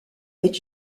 est